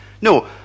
No